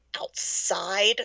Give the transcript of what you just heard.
outside